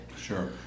sure